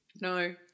No